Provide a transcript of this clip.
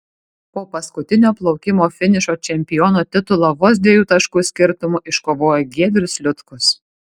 po paskutinio plaukimo finišo čempiono titulą vos dviejų taškų skirtumu iškovojo giedrius liutkus